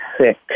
sick